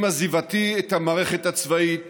עם עזיבתי את המערכת הצבאית